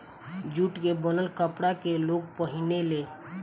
jute के बनल कपड़ा के लोग पहिने ले